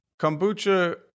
kombucha